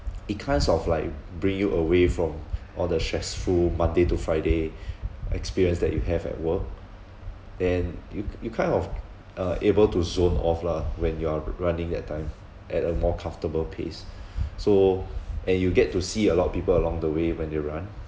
it kinds of like bring you away from all the stressful monday to friday experience that you have at work and you you kind of uh able to zone off lah when you are r~ running that time at a more comfortable pace so and you get to see a lot of people along the way when they run